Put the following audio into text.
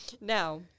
Now